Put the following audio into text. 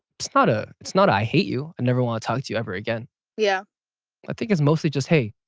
it's not a it's not i hate you, i and never want to talk to you ever again yeah i think it's mostly just hey,